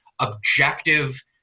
objective